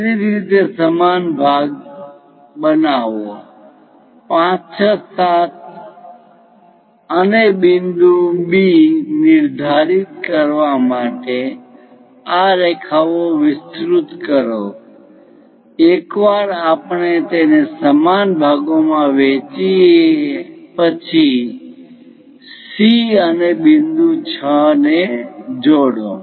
તેવી જ રીતે સમાન ભાગો બનાવો 5 6 7 અને બિંદુ B નિર્ધારિત કરવા માટે આ રેખાઓ વિસ્તૃત કરો એકવાર આપણે તેને સમાન ભાગોમાં વહેંચીએ પછી C અને બિંદુ 6 ને જોડો